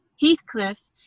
Heathcliff